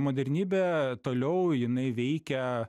modernybė toliau jinai veikia